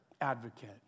advocate